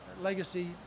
Legacy